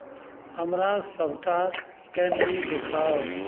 हमरा सभटा कैण्डी देखाउ